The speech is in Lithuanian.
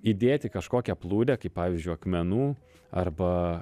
įdėti kažkokią plūdę kaip pavyzdžiui akmenų arba